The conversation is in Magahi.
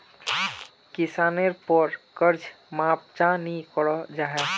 किसानेर पोर कर्ज माप चाँ नी करो जाहा?